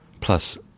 plus